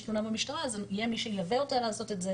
תלונה במשטרה יהיה מי שילווה אותה לעשות את זה,